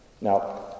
Now